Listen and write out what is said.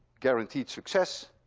guaranteed success.